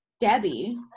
Debbie